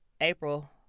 April